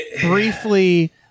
briefly